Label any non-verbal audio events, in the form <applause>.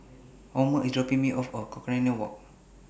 Omer IS dropping Me off At <unintelligible> Walk